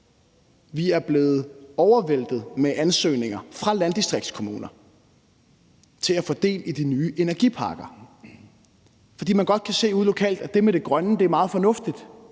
Vi er blevet væltet over af ansøgninger fra landdistriktskommunerne til at få del i de nye energiparker, for ude lokalt kan man godt se, at det med det grønne er meget fornuftigt,